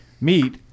meet